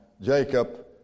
Jacob